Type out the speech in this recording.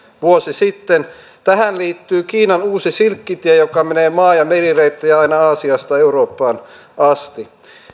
vuosi sitten tähän liittyy kiinan uusi silkkitie joka menee maa ja merireittejä aina aasiasta eurooppaan asti